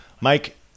Mike